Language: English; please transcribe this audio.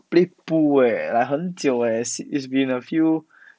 play pool eh like 很久 eh it's it's been a few